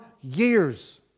years